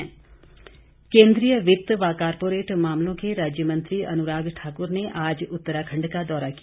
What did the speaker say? अनुराग केन्द्रीय वित्त व कॉरपोरेट मामलों के राज्य मंत्री अनुराग ठाकुर ने आज उत्तराखंड का दौरा किया